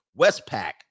Westpac